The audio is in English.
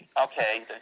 okay